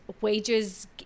wages